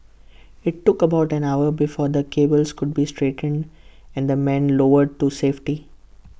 IT took about an hour before the cables could be straightened and the men lowered to safety